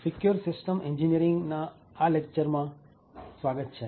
secure system engineering ના આ લેકચરમાં સ્વાગત છે